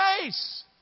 face